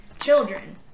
children